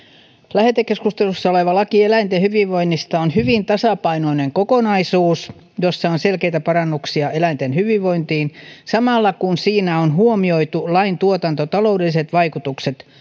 lähetekeskustelussa oleva laki eläinten hyvinvoinnista on hyvin tasapainoinen kokonaisuus jossa on selkeitä parannuksia eläinten hyvinvointiin samalla kun siinä on huomioitu lain tuotantotaloudelliset vaikutukset